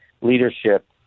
leadership